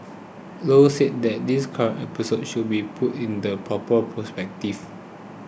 Low said that this current episode should be put in the proper perspective